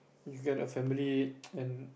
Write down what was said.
get a family and